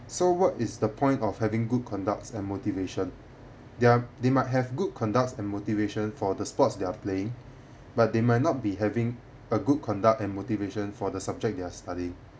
so what is the point of having good conducts and motivation their they might have good conducts and motivation for the sports they're playing but they might not be having a good conduct and motivation for the subject they're studying